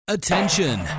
Attention